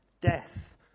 Death